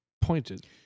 pointed